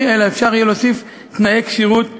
אלא אפשר יהיה להוסיף תנאי כשירות נוספים.